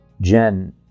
Jen